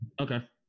Okay